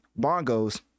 Bongos